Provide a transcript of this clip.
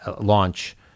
launch